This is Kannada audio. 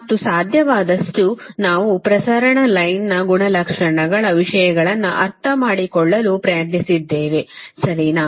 ಮತ್ತು ಸಾಧ್ಯವಾದಷ್ಟು ನಾವು ಪ್ರಸರಣ ಲೈನ್ ನ ಗುಣಲಕ್ಷಣಗಳ ವಿಷಯಗಳನ್ನು ಅರ್ಥಮಾಡಿಕೊಳ್ಳಲು ಪ್ರಯತ್ನಿಸಿದ್ದೇವೆ ಸರಿನಾ